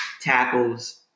tackles